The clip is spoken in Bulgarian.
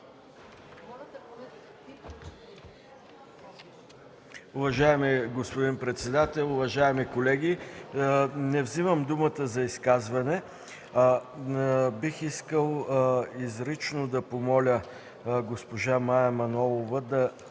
Уважаеми господин председател, уважаеми колеги! Не вземам думата за изказване. Бих искал изрично да помоля госпожа Мая Манолова като